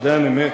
ברוך דיין האמת.